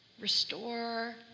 Restore